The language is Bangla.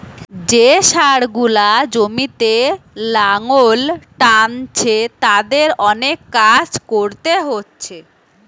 যে ষাঁড় গুলা জমিতে লাঙ্গল টানছে তাদের অনেক কাজ কোরতে হচ্ছে